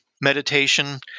meditation